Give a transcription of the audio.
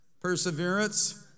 Perseverance